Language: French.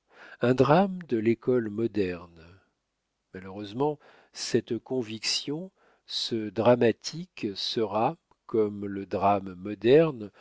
un drame de l'école moderne malheureusement cette conviction ce dramatique sera comme le drame